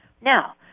Now